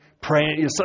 praying